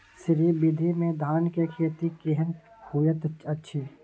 श्री विधी में धान के खेती केहन होयत अछि?